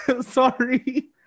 Sorry